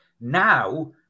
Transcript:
Now